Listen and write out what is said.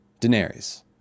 Daenerys